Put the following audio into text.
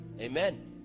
amen